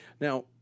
Now